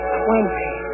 twenty